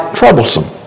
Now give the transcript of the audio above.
troublesome